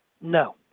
No